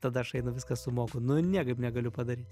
tada aš einu viską sumoku nu niekaip negaliu padaryt